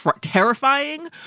terrifying